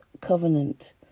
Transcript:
covenant